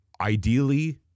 ideally